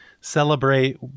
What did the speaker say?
celebrate